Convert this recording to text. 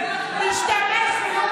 היא תשתמש בו,